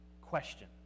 question